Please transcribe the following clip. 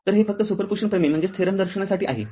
तर हे फक्त सुपर पुजिशन प्रमेय दर्शविण्यासाठी आहे